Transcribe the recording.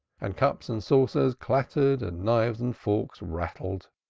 and cups and saucers clattered and knives and forks rattled.